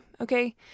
Okay